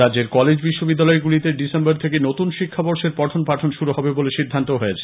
রাজ্যের কলেজ বিশ্ববিদ্যালয়গুলিতে ডিসেম্বর থেকে নতুন শিক্ষাবর্ষের পঠন পাঠন শুরু হবে বলে সিদ্ধান্ত হয়েছে